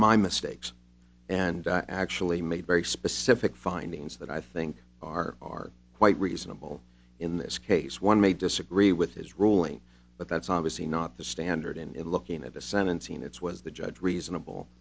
my mistakes and i actually made very specific findings that i think are quite reasonable in this case one may disagree with his ruling but that's obviously not the standard in looking at the sentence and it's was the judge reasonable